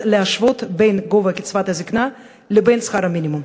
להשוות את גובה קצבת הנכות לגובה שכר המינימום.